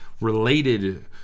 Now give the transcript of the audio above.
related